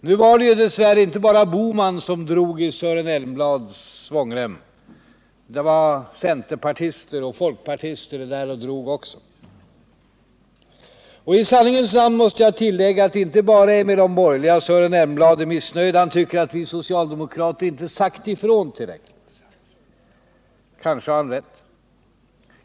Nu var det ju dess värre inte bara Bohman som drog i Sören Elmblads svångrem; det var centerpartister och folkpartister där och drog också. I sanningens namn måste jag tillägga att det inte bara är med de borgerliga Sören Elmblad är missnöjd. Han tycker att vi socialdemokrater inte sagt ifrån tillräckligt. Kanske har han rätt.